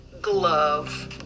glove